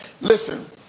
listen